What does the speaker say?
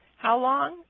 how long?